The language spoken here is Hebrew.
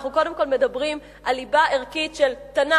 אנחנו קודם כול מדברים על ליבה ערכית של תנ"ך,